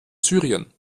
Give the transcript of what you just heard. syrien